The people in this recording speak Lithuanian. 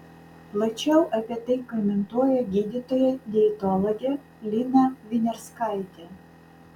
plačiau apie tai komentuoja gydytoja dietologė lina viniarskaitė